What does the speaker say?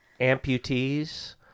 amputees